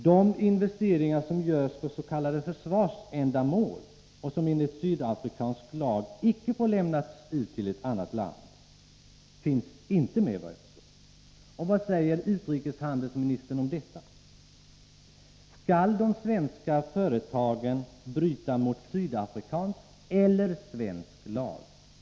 De investeringar som görs för s.k. försvarsändamål och som det ning motiinvesteenligt sydafrikansk lag icke får lämnas ut uppgifter om till ett annat land ringari Sydafrika redovisas inte. Vad säger utrikeshandelsministern om detta — skall de och Namibia svenska företagen bryta mot sydafrikansk eller svensk lag?